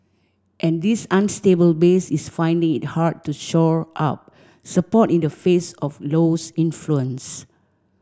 and this unstable base is finding it hard to shore up support in the face of Low's influence